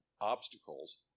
obstacles